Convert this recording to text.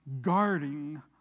guarding